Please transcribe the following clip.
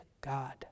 God